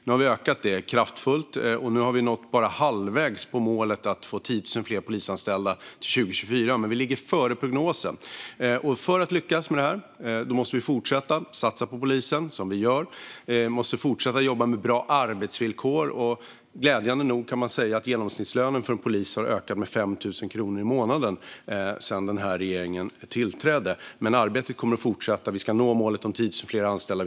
Nu har vi utökat detta kraftfullt, och även om vi bara är halvvägs till målet att få 10 000 fler polisanställda till 2024 ligger vi före prognosen. För att lyckas med det här måste vi fortsätta att satsa på polisen som vi gör. Vi måste fortsätta att jobba med bra arbetsvillkor. Glädjande nog kan man säga att genomsnittslönen för en polis har ökat med 5 000 kronor i månaden sedan den här regeringen tillträdde. Men arbetet kommer att fortsätta. Vi ska nå målet om 10 000 fler anställda.